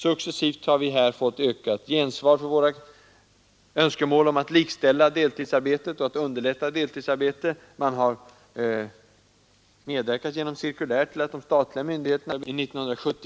Successivt har vi här fått ökat gensvar för våra önskemål att underlätta deltidsarbete. Löneministern har genom cirkulär medverkat till att de statliga myndigheterna skall underlätta deltidsarbete.